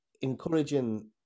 encouraging